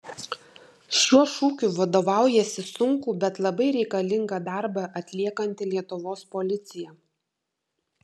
šiuo šūkiu vadovaujasi sunkų bet labai reikalingą darbą atliekanti lietuvos policija